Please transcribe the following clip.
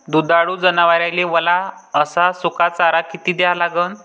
दुधाळू जनावराइले वला अस सुका चारा किती द्या लागन?